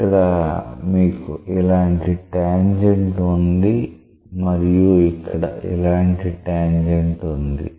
ఇక్కడ మీకు ఇలాంటి ట్యాంజెంట్ ఉంది మరియు ఇక్కడ ఇలాంటి ట్యాంజెంట్ ఉంది